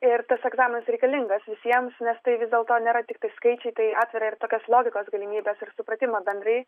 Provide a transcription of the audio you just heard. ir tas egzaminas reikalingas visiems nes tai vis dėlto nėra tiktai skaičiai tai atveria ir tokias logikos galimybes ir supratimą bendrai